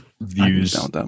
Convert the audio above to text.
views